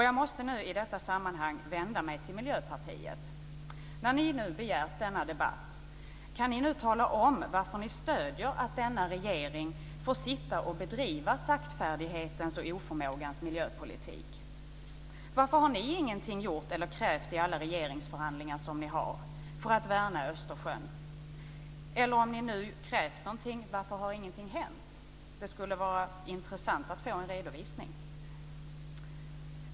Jag måste i detta sammanhang vända mig till Miljöpartiet. När ni nu begärt denna debatt, kan ni tala om varför ni stöder att denna regering får bedriva saktfärdighetens och oförmågans miljöpolitik? Varför har ni ingenting gjort eller krävt i alla regeringsförhandlingar som ni deltar i för att värna Östersjön? Eller om ni nu har krävt någonting, varför har ingenting hänt? Det skulle vara intressant att få en redovisning.